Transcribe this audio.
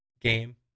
game